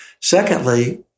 secondly